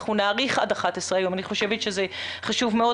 אני חושבת שזה חשוב מאוד,